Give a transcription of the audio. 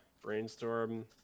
Brainstorm